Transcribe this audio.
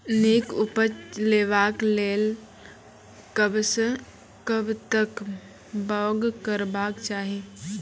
नीक उपज लेवाक लेल कबसअ कब तक बौग करबाक चाही?